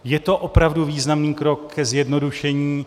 Je to opravdu významný krok ke zjednodušení.